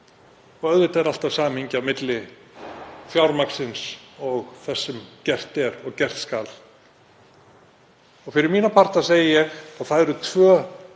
Auðvitað er alltaf samhengi á milli fjármagnsins og þess sem gert er og gert skal. Fyrir mína parta segi ég að það eru tvö afar